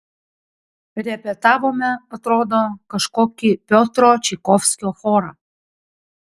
repetavome atrodo kažkokį piotro čaikovskio chorą